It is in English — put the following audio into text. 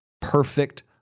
perfect